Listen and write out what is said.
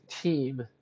team